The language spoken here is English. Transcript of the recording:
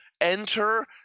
enter